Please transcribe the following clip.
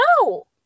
No